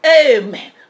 Amen